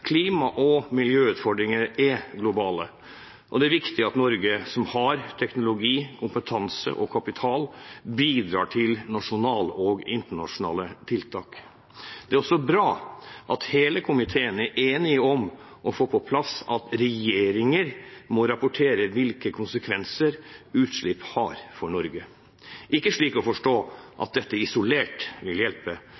Klima- og miljøutfordringene er globale, og det er viktig at Norge, som har teknologi, kompetanse og kapital, bidrar til nasjonale og internasjonale tiltak. Det er også bra at hele komiteen er enig om å få på plass at regjeringen må rapportere hvilke konsekvenser utslipp har for Norge – ikke slik å forstå at dette isolert vil hjelpe,